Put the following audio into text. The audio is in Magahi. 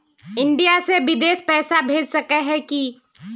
इंडिया से बिदेश पैसा भेज सके है की?